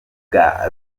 bwa